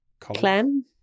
Clem